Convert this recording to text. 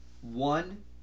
One